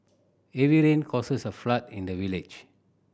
heavy rain causes a flood in the village